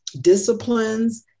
disciplines